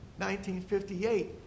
1958